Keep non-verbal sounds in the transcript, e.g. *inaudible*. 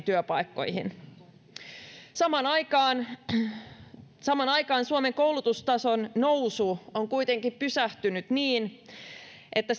*unintelligible* työpaikkoja samaan aikaan *unintelligible* *unintelligible* samaan aikaan suomen koulutustason nousu on kuitenkin pysähtynyt niin että *unintelligible*